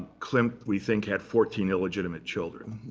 klimt, we think, had fourteen illegitimate children.